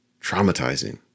traumatizing